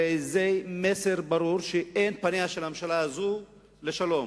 הרי זה מסר ברור שאין פניה של הממשלה הזאת לשלום.